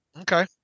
Okay